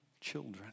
children